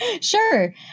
Sure